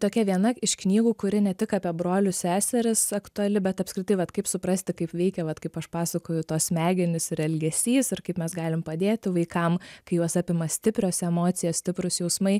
tokia viena iš knygų kuri ne tik apie brolius seseris aktuali bet apskritai vat kaip suprasti kaip veikia vat kaip aš pasakoju tos smegenys ir elgesys ir kaip mes galim padėti vaikam kai juos apima stiprios emocijos stiprūs jausmai